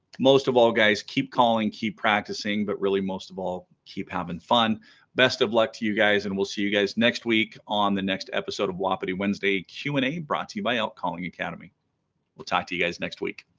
most of all guys keep calling keep practicing but really most of all keep having fun best of luck to you guys and we'll see you guys next week on the next episode of wapiti wednesday q and a brought to you by elk calling academy we'll talk to you guys next week